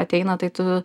ateina tai tu